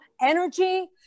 energy